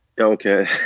okay